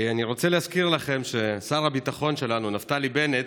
אני רוצה להזכיר לכם ששר הביטחון שלנו נפתלי בנט